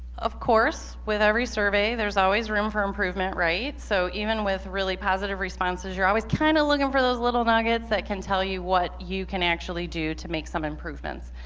of course with every survey there's always room for improvement right so even with really positive responses you're always kind of looking for those little nuggets that can tell you what you can actually do to make some improvements.